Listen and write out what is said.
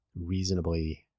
reasonably